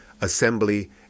assembly